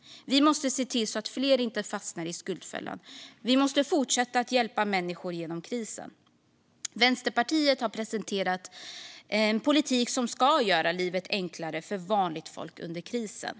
Vi måste se till att fler inte fastnar i skuldfällan, och vi måste fortsätta att hjälpa människor genom krisen. Vänsterpartiet har presenterat en politik som ska göra livet enklare för vanligt folk under krisen.